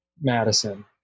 Madison